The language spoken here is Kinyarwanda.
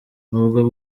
nubwo